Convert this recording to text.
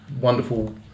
wonderful